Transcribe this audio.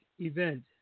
event